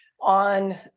on